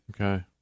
Okay